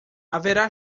haverá